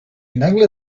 nagle